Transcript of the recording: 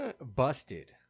busted